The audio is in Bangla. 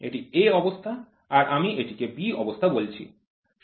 এটি a অবস্থা আর আমি এটিকে b অবস্থা বলছি